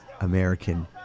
American